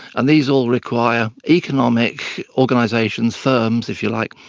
and these all require economic organisations, firms if you like,